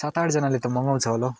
सात आठजनाले त मगाउँछ होला हौ